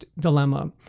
Dilemma